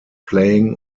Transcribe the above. playing